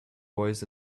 boys